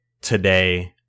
today